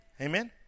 Amen